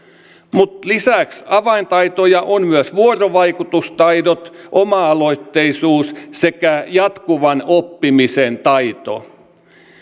lisäksi avaintaitoja ovat myös vuorovaikutustaidot oma aloitteisuus sekä jatkuvan oppimisen taito